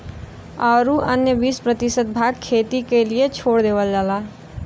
औरू अन्य बीस प्रतिशत भाग खेती क लिए छोड़ देवल जाला